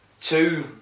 two